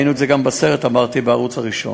ראינו את זה גם בסרט, אמרתי, בערוץ הראשון.